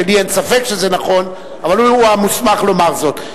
לי אין ספק שזה נכון אבל הוא המוסמך לומר זאת.